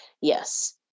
Yes